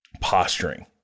posturing